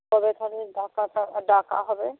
কাদের কাদের ডাকা ডাকা হবে